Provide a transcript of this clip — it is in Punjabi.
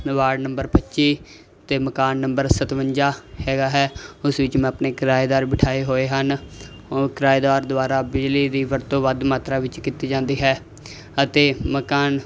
ਨਵਾਰਡ ਨੰਬਰ ਪੱਚੀ ਅਤੇ ਮਕਾਨ ਨੰਬਰ ਸਤਵੰਜਾ ਹੈਗਾ ਹੈ ਉਸ ਵਿੱਚ ਮੈਂ ਆਪਣੇ ਕਿਰਾਏਦਾਰ ਬਿਠਾਏ ਹੋਏ ਹਨ ਉਹ ਕਿਰਾਏਦਾਰ ਦੁਆਰਾ ਬਿਜਲੀ ਦੀ ਵਰਤੋਂ ਵੱਧ ਮਾਤਰਾ ਵਿੱਚ ਕੀਤੀ ਜਾਂਦੀ ਹੈ ਅਤੇ ਮਕਾਨ